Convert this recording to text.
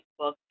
Facebook